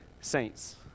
saints